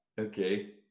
Okay